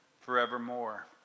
forevermore